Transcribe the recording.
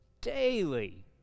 daily